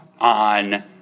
on